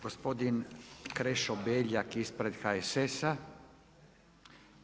Gospodin Krešo Beljak ispred HSS-a.